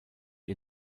ihr